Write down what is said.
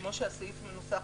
כמו שהסעיף מנוסח,